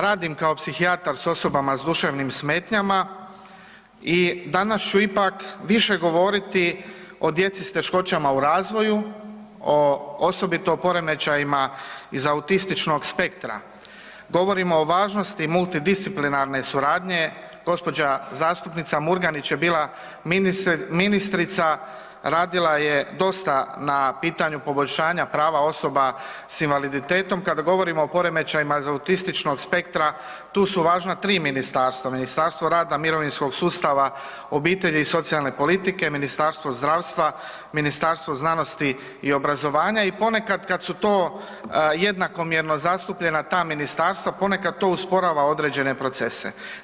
Radim kao psihijatar s osobama s duševnim smetnjama i danas ću ipak više govoriti o djeci s teškoćama u razvoju, o osobito poremećajima iz autističnog spektra, govorimo o važnosti multidisciplinarne suradnje, gospođa zastupnica Murganić je bila ministrica, radila je dosta na pitanju poboljšanja prava osoba s invaliditetom kada govorimo o poremećajima autističnog spektra tu su važna tri ministarstva, Ministarstvo rada, mirovinskog sustava, obitelji i socijalne politike, Ministarstvo zdravstva, Ministarstvo znanosti i obrazovanja i ponekad kada su to jednakomjerno zastupljena ta ministarstva ponekad to usporava određene procese.